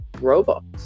robots